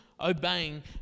obeying